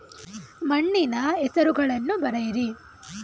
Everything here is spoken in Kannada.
ಮಣ್ಣಿನ ಹೆಸರುಗಳನ್ನು ಬರೆಯಿರಿ